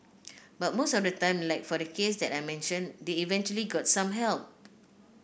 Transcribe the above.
but most of the time like for the case that I mentioned they eventually got some help